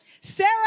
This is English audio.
Sarah